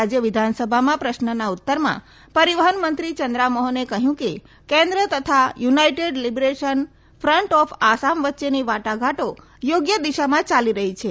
રાજ્ય વિધાનસભામાં પ્રશ્નના ઉત્તરમાં પરિવહન મંત્રી ચંદ્રા મોહને કહ્યું કે કેન્દ્ર તતા United Liberation Front of Assam વચ્ચેની વાટાઘાટો યોગ્ય દિશામાં યાલી રહી છે